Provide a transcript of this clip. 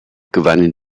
gewannen